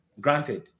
granted